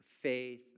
faith